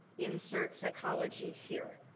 insert psychology here.